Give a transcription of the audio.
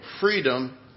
freedom